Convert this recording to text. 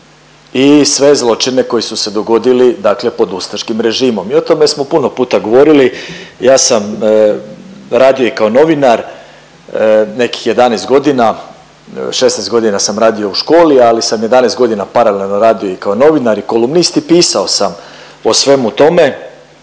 i sve zločine koji su se dogodili dakle pod ustaškim režimom. I o tome smo puno puta govorili, ja sam radio i kao novinar nekih 11 godina, 16 godina sam radio u školi, ali sam 11 godina paralelno radio i kao novinar i kolumnist i pisao sam o svemu tome